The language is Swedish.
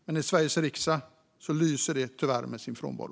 Men i Sveriges riksdag lyser det tyvärr med sin frånvaro.